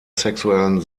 sexuellen